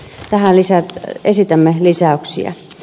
tähän esitämme lisäyksiä